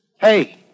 Hey